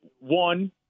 one